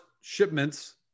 shipments